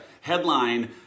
headline